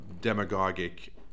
demagogic